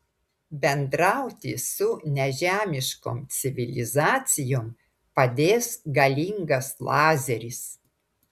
bendrauti su nežemiškom civilizacijom padės galingas lazeris